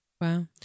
Wow